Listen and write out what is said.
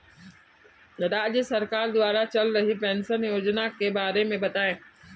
राज्य सरकार द्वारा चल रही पेंशन योजना के बारे में बताएँ?